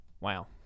Wow